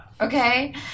Okay